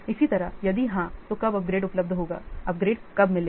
इसी तरह यदि हां तो कब अपग्रेड उपलब्ध होगा अपग्रेड कब मिलेगा